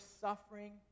suffering